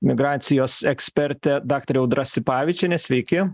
migracijos ekspertė daktarė audra sipavičienė sveiki